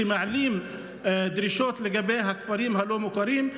כשמעלים דרישות לגבי הכפרים הלא-מוכרים,